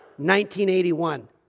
1981